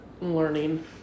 learning